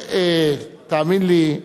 תאמין לי.